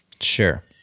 sure